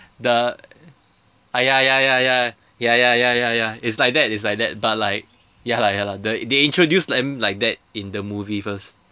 the ah ya ya ya ya ya ya ya ya ya it's like that it's like that but like ya lah ya lah the they introduce them like that in the movie first